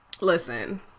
Listen